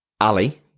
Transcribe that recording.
Ali